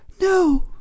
no